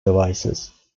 devices